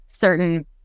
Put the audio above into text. certain